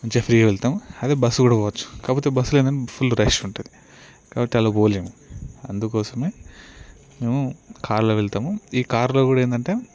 మంచి ఫ్రీగా వెళ్తాం అదే బస్సులో కూడా పోవచ్చుకాకపోతే బస్సులో ఏందంటే ఫుల్ రష్ ఉంటుంది కాబట్టి అందులో పోలేము అందుకోసమే మేము కారులో వెళ్తాము ఈ కారులో కూడా ఏంటంటే